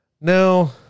Now